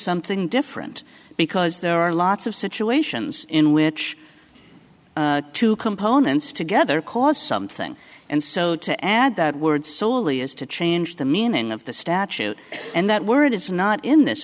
something different because there are lots of situations in which two components together cause something and so to add that word solely is to change the meaning of the statute and that word is not in this